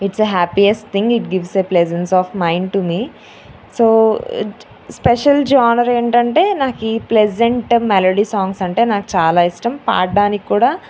it's happiest thing it gives a pleasance of mind to me so special genre ఏంటంటే నాకు pleasant melody songs అంటే నాకు చాలా ఇష్టం పాడడానికి కూడా